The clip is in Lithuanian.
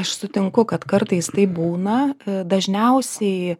aš sutinku kad kartais taip būna dažniausiai